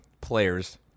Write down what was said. players